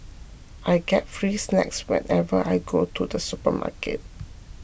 I get free snacks whenever I go to the supermarket